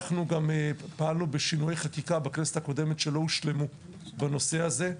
אנחנו גם פעלנו בשינויי חקיקה בכנסת הקודמת בנושא הזה,